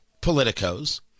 politicos